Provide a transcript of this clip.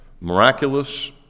miraculous